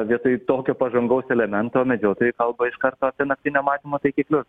vietoj tokio pažangaus elemento medžiotojai kalba iš karto apie naktinio matymo taikiklius